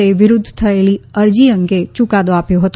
તે વિરૂધ્ધ થયેલી અરજી અંગે યુકાદો આપ્યો હતો